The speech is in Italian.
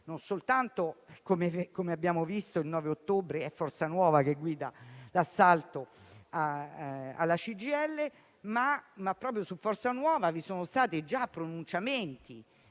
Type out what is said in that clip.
non soltanto, come abbiamo visto, il 9 ottobre è Forza Nuova che guida l'assalto alla CGIL, ma proprio su Forza Nuova vi sono stati già pronunciamenti